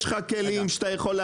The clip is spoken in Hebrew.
יש לך כלים שאתה יכול .